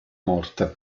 morte